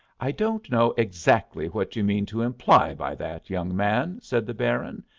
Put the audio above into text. i don't know exactly what you mean to imply by that, young man, said the baron,